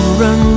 run